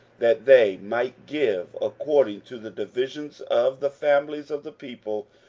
that they might give according to the divisions of the families of the people,